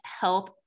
health